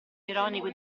ironico